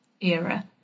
era